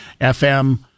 FM